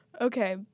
Okay